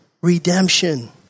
redemption